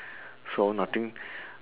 so nothing